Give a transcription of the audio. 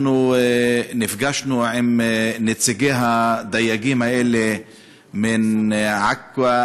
אנחנו נפגשנו עם נציגי הדייגים האלה מעכו,